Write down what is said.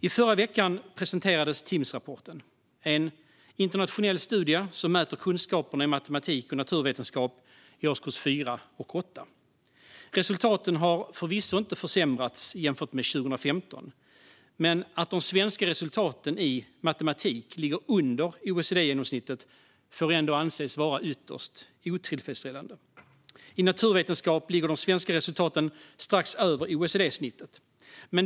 I förra veckan presenterades Timssrapporten, en internationell studie som mäter kunskaperna i matematik och naturvetenskap i årskurserna 4 och 8. Resultaten har förvisso inte försämrats jämfört med 2015, men att de svenska resultaten i matematik ligger under OECD-genomsnittet får ändå anses vara ytterst otillfredsställande. I naturvetenskap ligger de svenska resultaten strax över OECD-snittet.